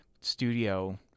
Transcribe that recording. studio